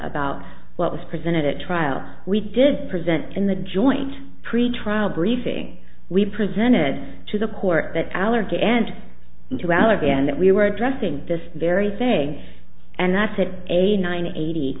about what was presented at trial we did present in the joint pretrial briefing we presented to the court that allergy and to out again that we were addressing this very thing and that's it eighty nine eighty